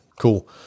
cool